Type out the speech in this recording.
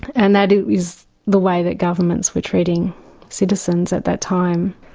and that is the way that governments were treating citizens at that time.